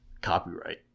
copyright